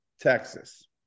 Texas